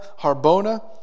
harbona